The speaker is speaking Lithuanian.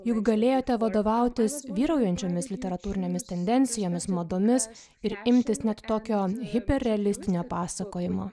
juk galėjote vadovautis vyraujančiomis literatūrinėmis tendencijomis madomis ir imtis net tokio hiperrealistinio pasakojimo